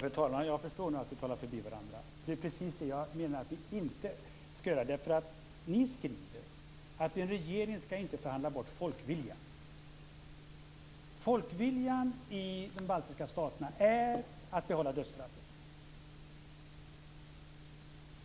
Fru talman! Jag förstår nu att vi talar förbi varandra. Det är precis detta jag menar att vi inte skall göra. Ni skriver att en regering inte skall förhandla bort folkviljan. Folkviljan i de baltiska staterna är att behålla dödsstraffet.